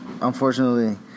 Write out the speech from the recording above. Unfortunately